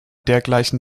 dergleichen